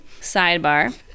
sidebar